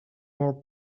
more